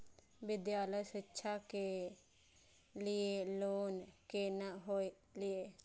विद्यालय शिक्षा के लिय लोन केना होय ये?